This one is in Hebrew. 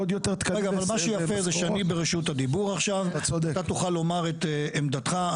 אתה תוכל לומר את עמדתך.